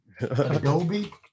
Adobe